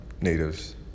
natives